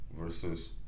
versus